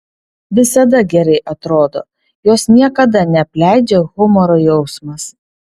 visada gerai atrodo jos niekada neapleidžia humoro jausmas